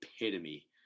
epitome